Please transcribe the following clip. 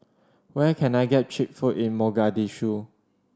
where can I get cheap food in Mogadishu